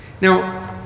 Now